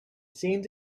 seemed